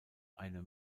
eine